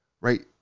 Right